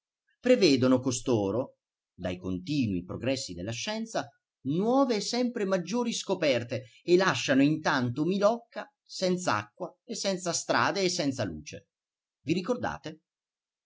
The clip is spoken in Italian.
prevedono costoro dai continui progressi della scienza nuove e sempre maggiori scoperte e lasciano intanto milocca senz'acqua e senza strade e senza luce i ricordate